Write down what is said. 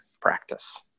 practice